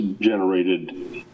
generated